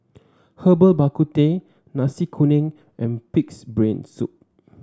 Herbal Bak Ku Teh Nasi Kuning and pig's brain soup